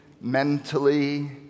mentally